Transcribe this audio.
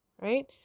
Right